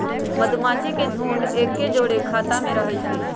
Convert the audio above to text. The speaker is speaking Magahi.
मधूमाछि के झुंड एके जौरे ख़ोता में रहै छइ